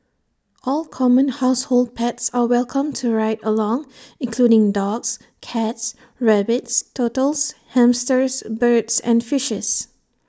all common household pets are welcome to ride along including dogs cats rabbits turtles hamsters birds and fishes